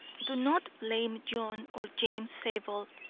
do not blame john or james zabel,